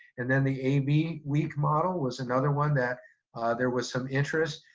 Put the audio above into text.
and then the a b week model was another one that there was some interest,